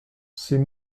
c’est